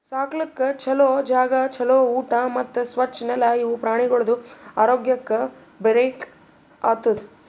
ಸಾಕ್ಲುಕ್ ಛಲೋ ಜಾಗ, ಛಲೋ ಊಟಾ ಮತ್ತ್ ಸ್ವಚ್ ನೆಲ ಇವು ಪ್ರಾಣಿಗೊಳ್ದು ಆರೋಗ್ಯಕ್ಕ ಬೇಕ್ ಆತುದ್